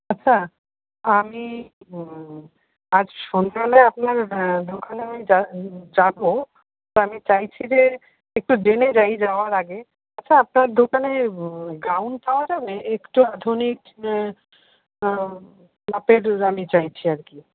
আচ্ছা আমি আজ সন্ধেবেলায় আপনার দোকানে আমি যা যাবো তো আমি চাইছি যে একটু জেনে যাই যাওয়ার আগে আচ্ছা আপনার দোকানে গাউন পাওয়া যাবে একটু আধুনিক মাপের আমি চাইছি আর কি